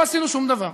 לא עשינו שום דבר.